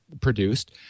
produced